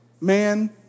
man